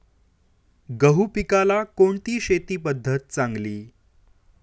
गहू पिकाला कोणती शेती पद्धत चांगली?